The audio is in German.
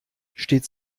steht